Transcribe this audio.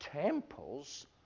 temples